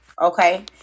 okay